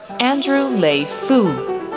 andrew lei fu,